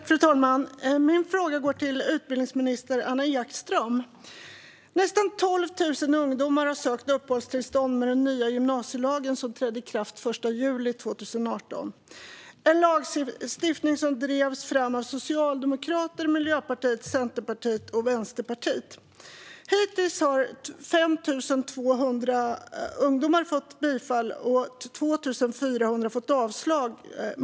Fru talman! Min fråga går till utbildningsminister Anna Ekström. Nästan 12 000 ungdomar har sökt uppehållstillstånd efter att den nya gymnasielagen trädde i kraft den 1 juli 2018. Det var en lagstiftning som drevs fram av socialdemokrater, Miljöpartiet, Centerpartiet och Vänsterpartiet. Hittills har 5 200 ungdomar fått bifall och 2 400 fått avslag.